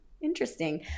interesting